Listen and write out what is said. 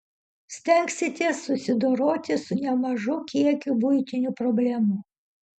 stengsitės susidoroti su nemažu kiekiu buitinių problemų